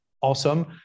awesome